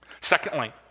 Secondly